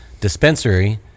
dispensary